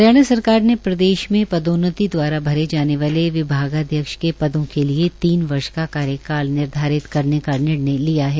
हरियाणा सरकार ने प्रदेश में पदोन्नति दवारा भरे जाने वाले विभागाध्यक्ष के पदों के लिए तीन वर्ष का कार्यकाल निर्धारित करने का निर्णय लिया है